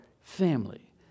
family